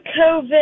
COVID